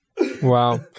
Wow